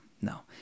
no